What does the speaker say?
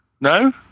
No